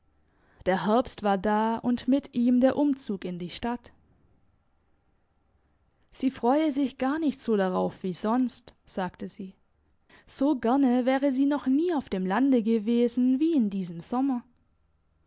der herbst war da und mit ihm der umzug in die stadt sie freue sich gar nicht so darauf wie sonst sagte sie so gerne wäre sie noch nie auf dem lande gewesen wie in diesem sommer